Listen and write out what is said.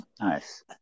Nice